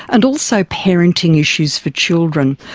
and also parenting issues for children.